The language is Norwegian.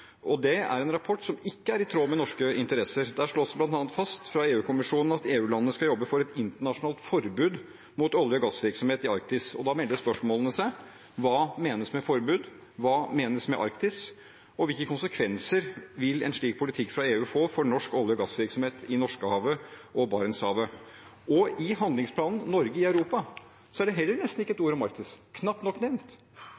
Det er en rapport som ikke er i tråd med norske interesser. Der slås det bl.a. fast av EU-kommisjonen at EU-landene skal jobbe for et internasjonalt forbud mot olje- og gassvirksomhet i Arktis. Da melder spørsmålene seg: Hva menes med forbud? Hva menes med Arktis? Hvilke konsekvenser vil en slik politikk fra EU få for norsk olje- og gassvirksomhet i Norskehavet og Barentshavet? I handlingsplanen Norge i Europa står det nesten heller ikke